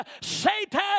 Satan